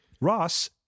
Ross